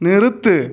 நிறுத்து